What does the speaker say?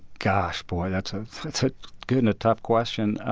gosh. boy, that's ah that's a good and a tough question.